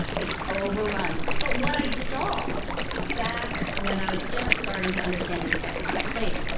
it's overrun but what i saw back when i was just starting to understand these tectonic plates,